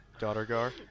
Daughtergar